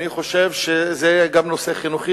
אני חושב שזה גם נושא חינוכי,